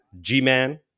G-Man